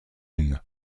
une